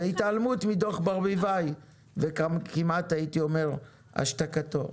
והתעלמות מדוח ברביבאי וגם כמעט הייתי אומר השתקתו,